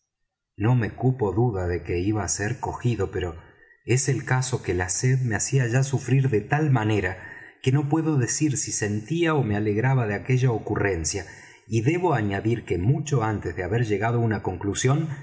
no me cupo duda de que iba á ser cogido pero es el caso que la sed me hacía ya sufrir de tal manera que no puedo decir si sentía ó me alegraba de aquella ocurrencia y debo añadir que mucho antes de haber llegado á una conclusión